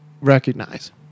recognize